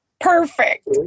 Perfect